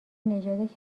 نژاد